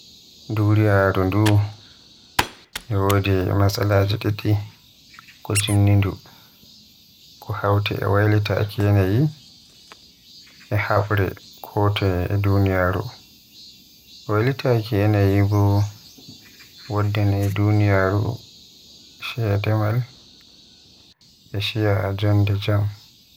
Duniyaaru ndu e wodi matsalaji didi ko jinni ndu, ko hawti e waylitaaki yanayi, e habre ko toye e duniyaaru. Waylitaaki yanayi bo waddanay duniyaaru ciiya demal, e ciiya jonde jaam.